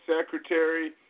secretary